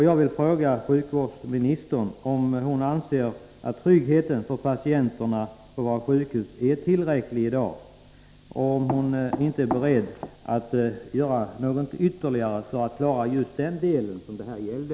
Jag vill fråga sjukvårdsministern om hon anser att tryggheten för patienterna på våra sjukhus är tillräcklig i dag och om hon inte är beredd att göra någonting ytterligare för att bättre klara det min fråga gällde.